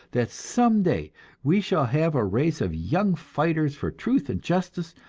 that some day we shall have a race of young fighters for truth and justice,